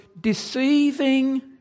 deceiving